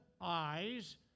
eyes